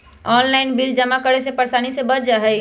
Online bill जमा करे से परेशानी से बच जाहई?